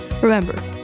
Remember